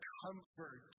comfort